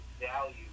value